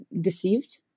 deceived